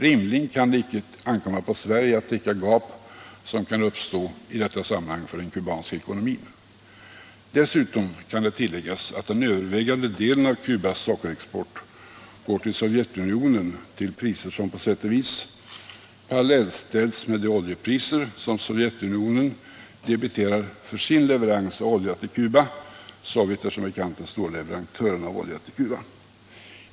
Rimligen kan det icke ankomma på Sverige att täcka gap som kan uppstå i detta sammanhang för den kubanska ekonomin. Dessutom kan det tilläggas att den övervägande delen av Cubas sockerexport går till Sovjetunionen till priser som på sätt och vis parallellställs med de oljepriser som Sovjet debiterar för sin leverans till Cuba av olja. Sovjet är som bekant den stora leverantören av olja till Cuba.